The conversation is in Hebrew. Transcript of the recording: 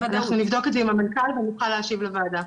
נבדוק את זה עם המנכ"ל ונוכל להשיב לוועדה.